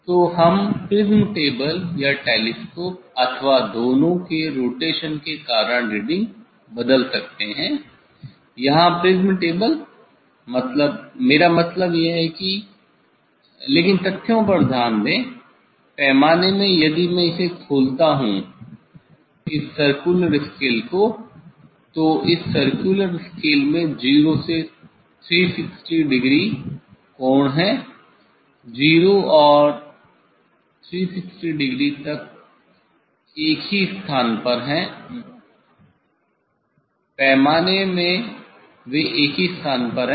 तो हम prism table या टेलीस्कोप अथवा दोनों के रोटेशन के कारण रीडिंग बदल सकते हैं यहाँ प्रिज्म टेबल मतलब मेरा मतलब यह है कि लेकिन तथ्यों पर ध्यान दें पैमाने में यदि मैं इसे खोलता हूँ इस सर्कुलर स्केल को तो इस सर्कुलर स्केल में 0 से 360 डिग्री कोण हैं 0 और 360 डिग्री एक ही स्थान पर हैं पैमाने पर वे एक ही स्थान पर हैं